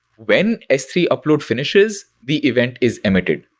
when s three upload finishes, the event is emitted.